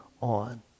on